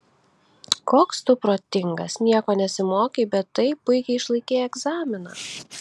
koks tu protingas nieko nesimokei bet taip puikiai išlaikei egzaminą